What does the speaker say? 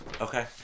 Okay